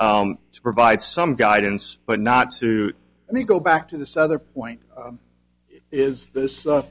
to provide some guidance but not to let me go back to this other point is this